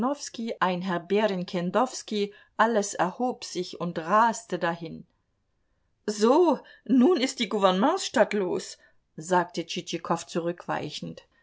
ein herr berenkendowskij alles erhob sich und raste dahin so nun ist die gouvernementsstadt los sagte tschitschikow zurückweichend